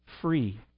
free